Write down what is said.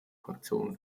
fraktion